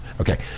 Okay